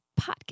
podcast